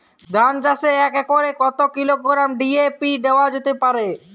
ধান চাষে এক একরে কত কিলোগ্রাম ডি.এ.পি দেওয়া যেতে পারে?